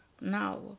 now